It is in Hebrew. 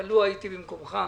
אבל לו הייתי במקומך,